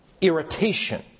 irritation